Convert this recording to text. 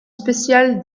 spécial